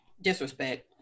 disrespect